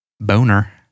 Boner